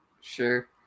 Sure